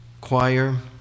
Choir